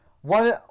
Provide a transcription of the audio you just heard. one